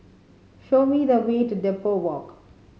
show me the way to Depot Walk